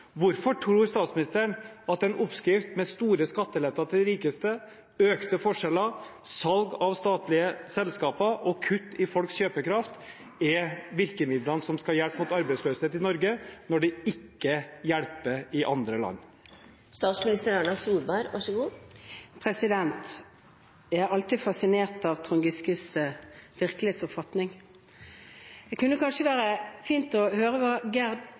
Hvorfor tror statsministeren at en oppskrift med store skatteletter til de rikeste, økte forskjeller, salg av statlige selskaper og kutt i folks kjøpekraft er virkemidlene som skal hjelpe mot arbeidsløshet i Norge, når det ikke hjelper i andre land? Jeg blir alltid fascinert av Trond Giskes virkelighetsoppfatning. Det kunne kanskje være fint å høre hva